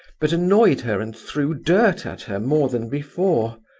but annoyed her and threw dirt at her more than before.